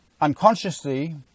unconsciously